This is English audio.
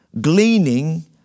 gleaning